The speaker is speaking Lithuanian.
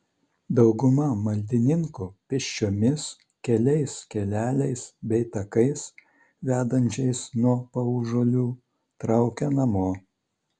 dauguma maldininkų pėsčiomis keliais keleliais bei takais vedančiais nuo paužuolių traukia namo